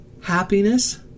Happiness